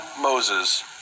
Moses